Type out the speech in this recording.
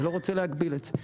אני לא רוצה להגביל את זה.